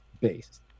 base